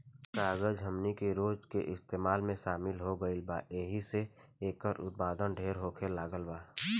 कागज हमनी के रोज के इस्तेमाल में शामिल हो गईल बा एहि से एकर उत्पाद ढेर होखे लागल बा